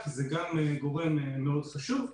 כי זה גם גורם מאוד חשוב.